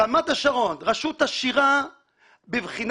רמת השרון, רשות עשירה בבחינת